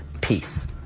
peace